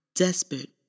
desperate